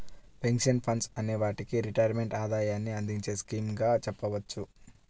pension funds అనే వాటిని retirement ఆదాయాన్ని అందించే స్కీమ్స్ గా చెప్పవచ్చు